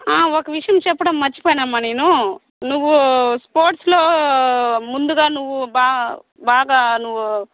ఒక విషయం చెప్పడం మర్చిపోయానమ్మా నేను నువ్వు స్పోర్ట్స్లో ముందుగా నువ్వు బా బాగా నువ్వు